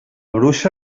bruixa